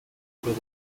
before